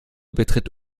beträgt